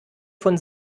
von